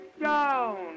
down